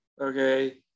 okay